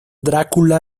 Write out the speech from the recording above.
drácula